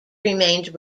remained